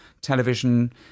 television